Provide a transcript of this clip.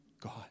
God